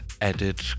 added